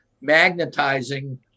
magnetizing